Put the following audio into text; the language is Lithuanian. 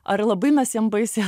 ar labai mes jiem baisiai